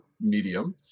medium